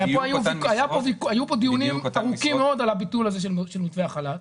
הרי היו פה דיונים ארוכים מאוד על הביטול של מתווה החל"ת,